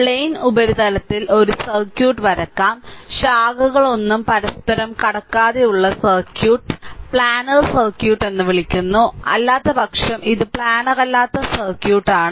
plain ഉപരിതലത്തിൽ ഒരു circuit വരയ്ക്കാം ശാഖകളൊന്നും പരസ്പരം കടക്കാതെയുള്ള സർക്യൂട്ട് പ്ലാനർ സർക്യൂട്ട് എന്ന് വിളിക്കുന്നു അല്ലാത്തപക്ഷം ഇത് പ്ലാനർ അല്ലാത്ത സർക്യൂട്ട് ആണ്